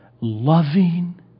loving